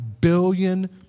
billion